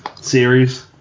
series